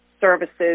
services